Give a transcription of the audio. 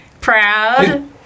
proud